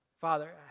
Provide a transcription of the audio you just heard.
Father